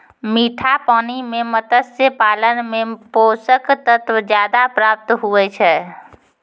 मीठा पानी मे मत्स्य पालन मे पोषक तत्व ज्यादा प्राप्त हुवै छै